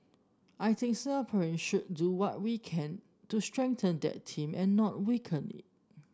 I think Singaporean should do what we can to strengthen that team and not weaken it